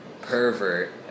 pervert